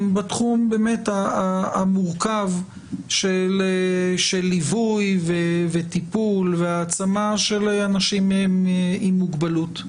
בתחום המורכב של ליווי וטיפול והעצמה של אנשים עם מוגבלות,